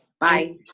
Bye